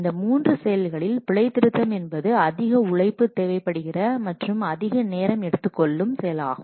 இந்த மூன்று செயல்களில் பிழை திருத்தம் என்பது அதிக உழைப்பு தேவைப்படுகிற மற்றும் அதிக நேரம் எடுத்துக் கொள்ளும் செயலாகும்